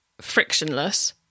frictionless